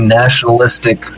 nationalistic